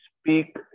speak